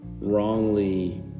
wrongly